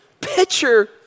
picture